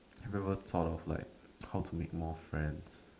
have you ever thought of like how to make more friends